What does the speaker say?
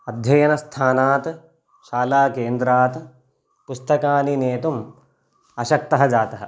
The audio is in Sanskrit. अध्ययनस्थानात् शालाकेन्द्रात् पुस्तकानि नेतुम् अशक्तः जातः